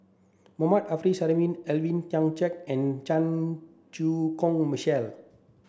Mohammad Arif Suhaimi Alvin Tan Cheong Kheng and Chan Chew Koon Michael